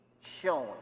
Showing